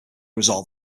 resolve